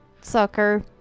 Sucker